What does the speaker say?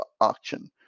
auction